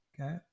okay